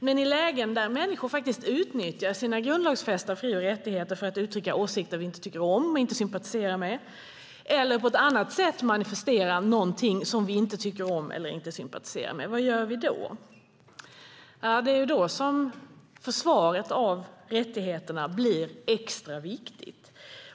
Men i lägen där människor utnyttjar sina grundlagsfästa fri och rättigheter för att utrycka åsikter som vi inte tycker om och inte sympatiserar med eller på annat sätt manifesterar någonting som vi inte tycker om eller inte sympatiserar med, vad gör vi då? Ja, det är då som försvaret av rättigheterna blir extra viktigt.